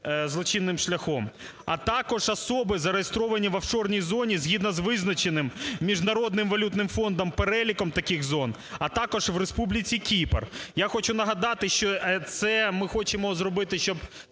злочинним шляхом, а також особи, зареєстровані в офшорній зоні згідно з визначеним Міжнародним валютним фондом переліком таких зон, а також з Республіці Кіпр. Я хочу нагадати, що ми хочемо це зробити, щоб